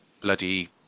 bloody